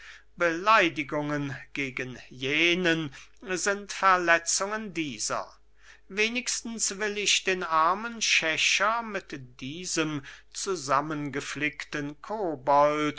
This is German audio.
majestät beleidigungen gegen jenen sind verletzungen dieser wenigstens will ich den armen schächer mit diesem zusammengeflickten kobold